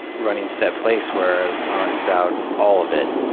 running to that place where i was honest about all of it.